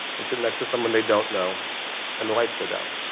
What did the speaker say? and sit next to someone they don't know and the lights go down.